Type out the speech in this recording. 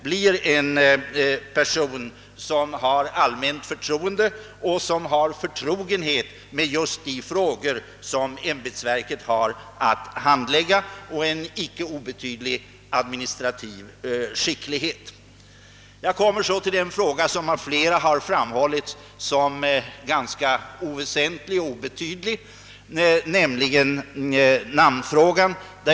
Han måste vara en person som åtnjuter allmänt förtroende och har förtrogenhet med just de frågor som ämbetsverket skall handlägga samt en inte obetydlig administrativ skicklighet. Jag kommer så till den fråga som av flera talare har framhållits som ganska oväsentlig och obetydlig, nämligen namnfrågan.